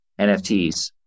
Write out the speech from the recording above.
NFTs